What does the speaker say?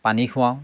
পানী খুৱাওঁ